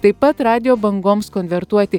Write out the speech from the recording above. taip pat radijo bangoms konvertuoti